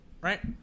Right